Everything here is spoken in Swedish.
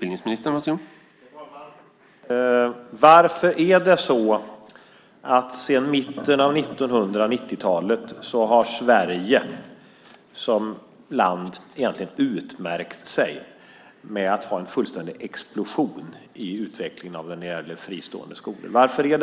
Herr talman! Varför har Sverige som land sedan mitten av 1990-talet utmärkt sig genom att ha en fullständig explosion i utvecklingen av fristående skolor? Varför valde